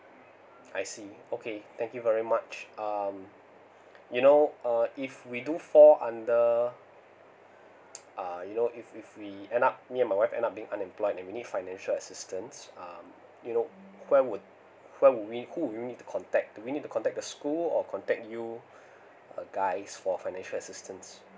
I see okay thank you very much um you know uh if we do fall under uh you know if with we end up me and my wife end up being unemployed and we need financial assistance uh you know where would where would we who would we need to contact do we need to contact the school or contact you a guides for financial assistance